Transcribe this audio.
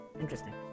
Interesting